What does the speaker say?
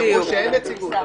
אמרו שאין נציגות.